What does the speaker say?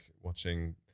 watching